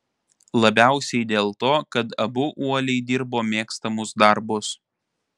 labiausiai dėl to kad abu uoliai dirbo mėgstamus darbus